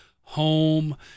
home